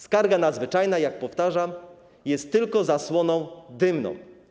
Skarga nadzwyczajna, jak powtarzam, jest tylko zasłoną dymną.